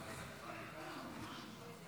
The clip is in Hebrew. לכן אנחנו נעבור להצבעה על החוק בקריאה השלישית.